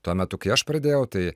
tuo metu kai aš pradėjau tai